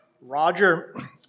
Roger